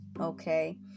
okay